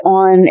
on